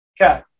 Okay